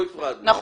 נכון.